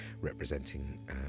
representing